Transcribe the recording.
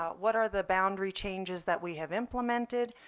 what are the boundary changes that we have implemented,